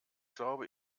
glaube